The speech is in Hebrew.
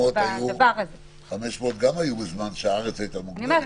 500 היו בזמן שהארץ הייתה מוגבלת.